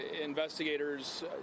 investigators